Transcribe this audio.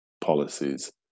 policies